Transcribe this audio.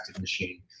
machine